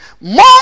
More